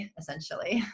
essentially